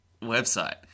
website